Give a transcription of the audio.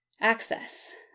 access